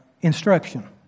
instruction